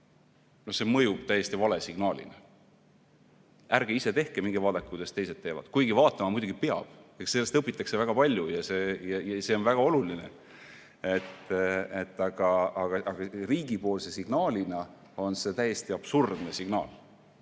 see mõjub täiesti vale signaalina: ärge ise tehke, minge vaadake, kuidas teised teevad. Kuigi vaatama muidugi peab, eks sellest õpitakse väga palju ja see on väga oluline. Aga riigi signaalina on see täiesti absurdne.